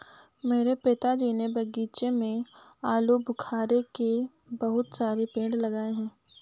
मेरे पिताजी ने बगीचे में आलूबुखारे के बहुत सारे पेड़ लगाए हैं